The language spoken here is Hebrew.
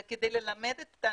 זה כדי ללמד את האנשים.